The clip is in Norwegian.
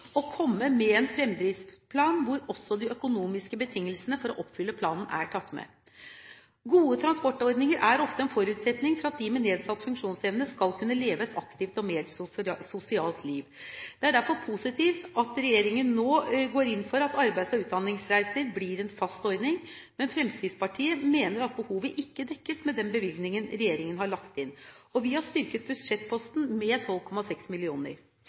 å komme med en fremdriftsplan hvor også de økonomiske betingelsene for å oppfylle planen er tatt med. Gode transportordninger er ofte en forutsetning for at de med nedsatt funksjonsevne skal kunne leve et aktivt og mer sosialt liv. Det er derfor positivt at regjeringen nå går inn for at arbeids- og utdanningsreiser blir en fast ordning, men Fremskrittspartiet mener at behovet ikke dekkes med den bevilgningen regjeringen har lagt inn, og vi har styrket budsjettposten med 12,6